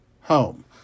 home